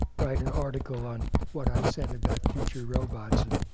write an article on what i said about future robots, and